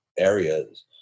Areas